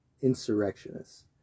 insurrectionists